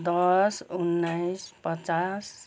दस उन्नाइस पचास